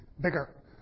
bigger